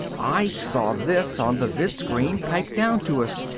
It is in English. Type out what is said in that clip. i saw this on the vidscreen, piped down to us.